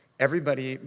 everybody,